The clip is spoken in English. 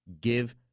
give